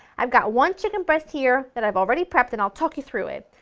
i've got one chicken breast here that i've already prepped and i'll talk you through it.